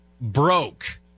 broke